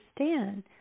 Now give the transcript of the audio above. understand